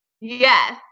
Yes